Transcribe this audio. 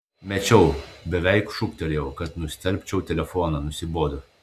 mečiau beveik šūktelėjau kad nustelbčiau telefoną nusibodo